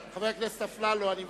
חבר הכנסת אפללו, אני מבקש.